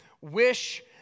wish